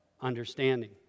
understanding